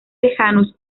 lejanos